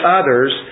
others